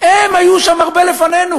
הם היו שם הרבה לפנינו.